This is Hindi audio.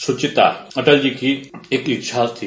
सुचिता अटल जी की एक इच्छा थी